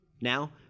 Now